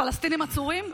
פלסטינים עצורים?